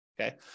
okay